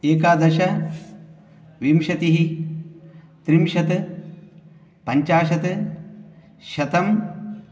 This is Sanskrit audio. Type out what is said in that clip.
एकादश विंशतिः त्रिंशत् पञ्चाशत् शतम्